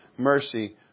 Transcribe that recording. Mercy